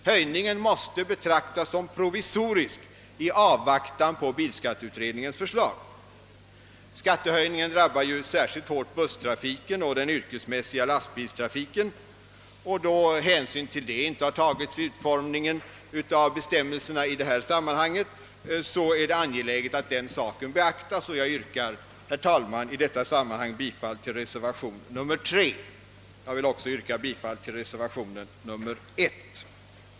Höjningen måste betraktas som provisorisk i avvaktan på bilskatteutredningens förslag. Skattehöjningen drabbar särskilt hårt busstrafiken och den yrkesmässiga lastbilstrafiken, och då hänsyn till denna inte har tagits vid utformningen av bestämmelserna, är det angeläget att denna sak beaktas. Jag yrkar därför bifall till reservation 3. Jag vill också yrka bifall till reservation 1.